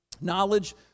Knowledge